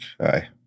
aye